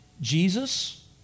Jesus